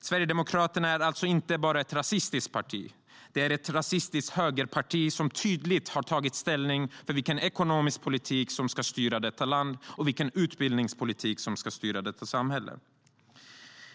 Sverigedemokraterna är alltså inte bara ett rasistiskt parti; det är ett rasistiskt högerparti som har tagit tydlig ställning för vilken ekonomisk politik som ska styra detta land och vilken utbildningspolitik som ska styra detta samhälle.